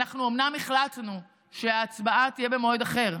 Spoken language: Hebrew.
אנחנו אומנם החלטנו שההצבעה תהיה במועד אחר,